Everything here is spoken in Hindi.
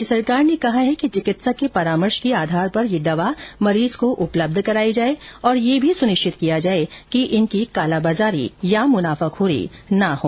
राज्य सरकार ने कहा है कि चिकित्सक के परामर्श के आधार पर ये दवा मरीज को उपलब्ध करायी जाए और यह भी सुनिश्चित किया जाए कि इनकी कालाबाजारी या मुनाफाखोरी न हों